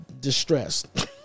distressed